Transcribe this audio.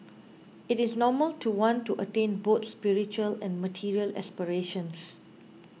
it is normal to want to attain both spiritual and material aspirations